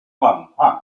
状况